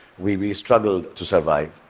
we we struggled to survive.